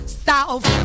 south